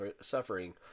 suffering